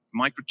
microchip